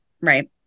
Right